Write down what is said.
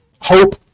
Hope